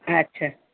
अच्छा